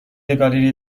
گالری